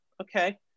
okay